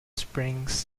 springs